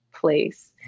place